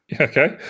Okay